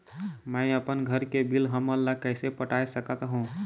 मैं अपन घर के बिल हमन ला कैसे पटाए सकत हो?